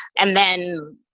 and then,